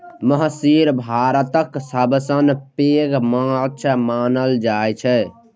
महसीर भारतक सबसं पैघ माछ मानल जाइ छै